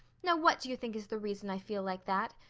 now, what do you think is the reason i feel like that?